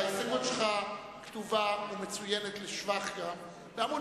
ההסתייגות שלך כתובה ומצוינת לשבח בעמוד